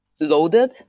loaded